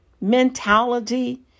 mentality